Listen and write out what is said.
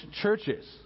churches